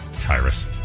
Tyrus